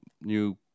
new